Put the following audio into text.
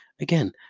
again